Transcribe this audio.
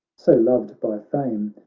so loved by fame.